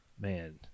man